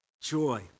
joy